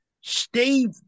steve